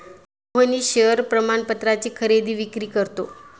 Mohnish share प्रमाणपत्राची खरेदी विक्री करतो